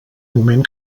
moment